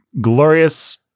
glorious